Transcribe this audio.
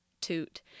toot